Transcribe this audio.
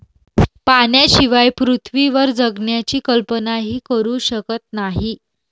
पाण्याशिवाय पृथ्वीवर जगण्याची कल्पनाही करू शकत नाही